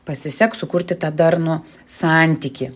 pasiseks sukurti tą darnų santykį